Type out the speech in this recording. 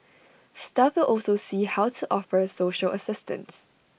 staff will also see how to offer social assistance